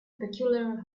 peculiar